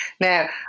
Now